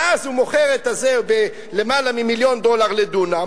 ואז הוא מוכר את זה בלמעלה ממיליון דולר לדונם,